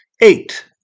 eight